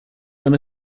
eine